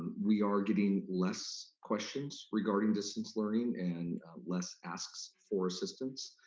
we are getting less questions regarding distance learning and less asks for assistance.